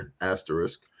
asterisk